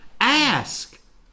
Ask